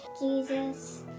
Jesus